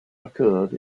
occurred